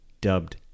dubbed